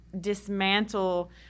dismantle